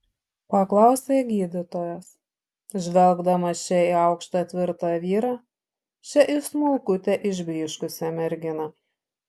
paklausė gydytojas žvelgdamas čia į aukštą tvirtą vyrą čia į smulkutę išblyškusią merginą